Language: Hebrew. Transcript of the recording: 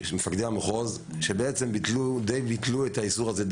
מפקדי המחוז, שדיי ביטלו את האיסור הזה.